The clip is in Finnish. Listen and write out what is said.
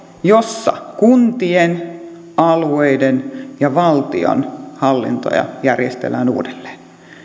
jossa kuntien alueiden ja valtion hallintoja järjestellään uudelleen